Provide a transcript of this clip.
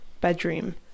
bedroom